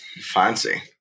Fancy